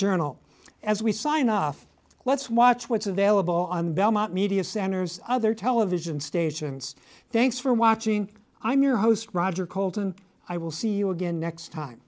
journal as we sign off let's watch what's available on belmont media centers other television stations thanks for watching i'm your host roger colton i will see you again next time